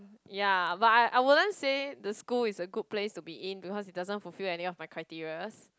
ya but I I wouldn't say the school is a good place to be in because it doesn't fulfill any of my criterias